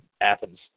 Athens